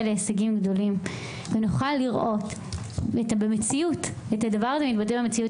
להישגים גדולים ונוכל לראות את הדבר הזה מתבטא במציאות.